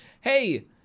Hey